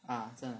ah 真的